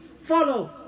Follow